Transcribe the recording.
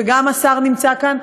וגם השר נמצא כאן,